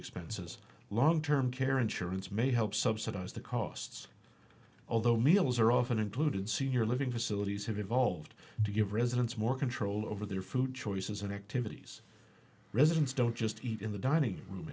expenses long term care insurance may help subsidize the costs although meals are often included senior living facilities have evolved to give residents more control over their food choices and activities residents don't just eat in the dining room